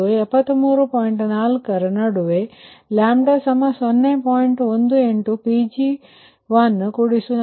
4 ರ ನಡುವೆ0